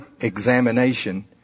examination